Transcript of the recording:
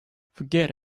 forget